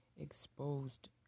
exposed